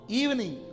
evening